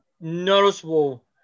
noticeable